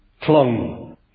clung